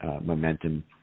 momentum